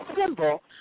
symbol